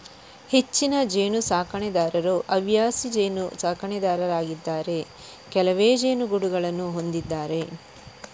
ಹೆಚ್ಚಿನ ಜೇನು ಸಾಕಣೆದಾರರು ಹವ್ಯಾಸ ಜೇನು ಸಾಕಣೆದಾರರಾಗಿದ್ದಾರೆ ಕೆಲವೇ ಜೇನುಗೂಡುಗಳನ್ನು ಹೊಂದಿದ್ದಾರೆ